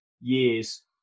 years